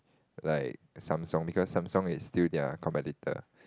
like Samsung because Samsung is still their competitor